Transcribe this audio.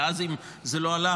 ואם זה לא הלך,